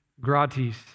gratis